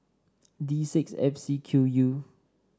D six F C Q U